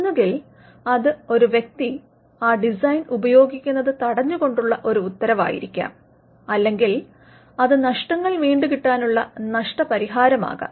ഒന്നുകിൽ അത് ഒരു വ്യക്തി ആ ഡിസൈൻ ഉപയോഗിക്കുന്നത് തടഞ്ഞുകൊണ്ടുള്ള ഒരു ഉത്തരവായിരിക്കാം അല്ലെങ്കിൽ അത് നഷ്ടങ്ങൾ വീണ്ടുകിട്ടാനുള്ള നഷ്ടപരിഹാരമാകാം